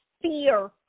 fear